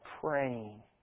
praying